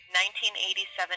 1987